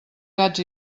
gats